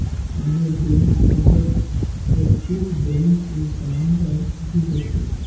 आने बेंक फसल Axis bank के काम हर भी होथे